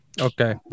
Okay